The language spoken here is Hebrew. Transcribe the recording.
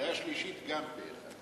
בקריאה השלישית גם פה אחד.